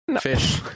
Fish